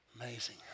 amazing